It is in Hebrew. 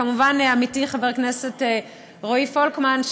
כמובן עמיתי חבר הכנסת רועי פולקמן,